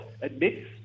admits